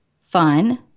fun